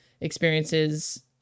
experiences